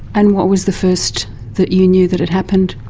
and what was the first that you knew that it happened?